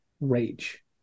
rage